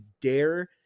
dare